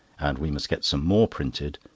and we must get some more printed,